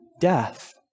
death